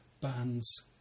bands